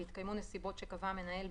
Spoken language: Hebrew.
והתקיימו נסיבות שקבע המנהל,